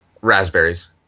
Raspberries